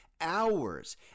hours